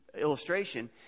illustration